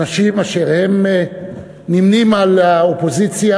אנשים אשר נמנים עם האופוזיציה.